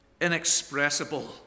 Inexpressible